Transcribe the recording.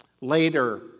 Later